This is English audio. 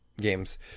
games